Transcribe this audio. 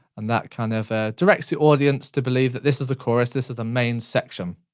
and that kind of ah directs the audience to believe that this is the chorus, this is the main section.